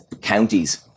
counties